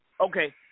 Okay